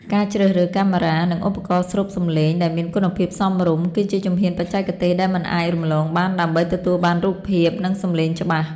ការជ្រើសរើសកាមេរ៉ា និងឧបករណ៍ស្រូបសំឡេងដែលមានគុណភាពសមរម្យ គឺជាជំហានបច្ចេកទេសដែលមិនអាចរំលងបានដើម្បីទទួលបានរូបភាព និងសំឡេងច្បាស់។